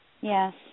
yes